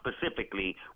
specifically